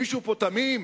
מישהו פה תמים?